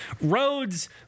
roads